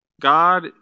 God